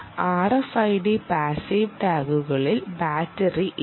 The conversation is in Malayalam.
RFID പാസീവ് ടാഗുകളിൽ ബാറ്ററി ഇല്ല